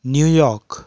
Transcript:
New York